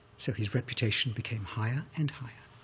so his reputation became higher and higher.